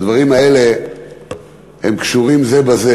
הדברים האלה קשורים זה בזה,